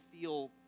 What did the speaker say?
feel